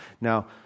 Now